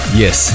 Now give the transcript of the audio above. yes